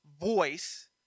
voice